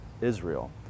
Israel